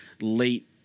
late